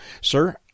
Sir